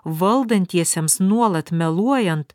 valdantiesiems nuolat meluojant